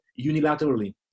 unilaterally